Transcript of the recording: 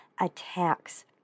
attacks